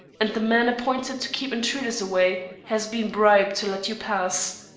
and the man appointed to keep intruders away, has been bribed to let you pass.